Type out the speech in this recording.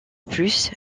plus